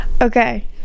okay